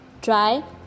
Try